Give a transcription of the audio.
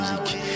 music